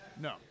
no